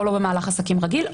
או לא במהלך עסקים רגיל,